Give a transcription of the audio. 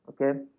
okay